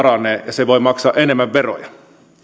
se voi maksaa enemmän veroja